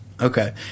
Okay